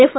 F